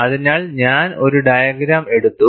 അതിനാൽ ഞാൻ ഒരു ഡയഗ്രം എടുത്തു